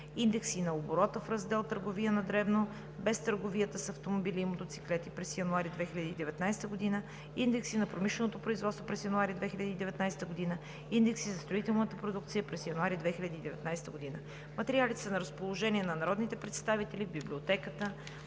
„Индекси на оборота в раздел „Търговия на дребно, без търговията с автомобили и мотоциклети“ през януари 2019 г.“; „Индекси на промишленото производство през януари 2019 г.“; „Индекси на строителната продукция през януари 2019 г.“. Материалите са на разположение на народните представители в Библиотеката